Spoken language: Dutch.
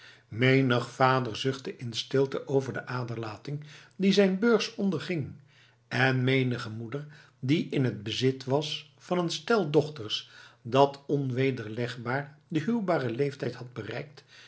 menig vader zuchtte in stilte over de aderlating die zijn beurs onderging en menige moeder die in t bezit was van een stel dochters dat onwederlegbaar den huwbaren leeftijd had bereikt